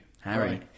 Harry